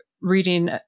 reading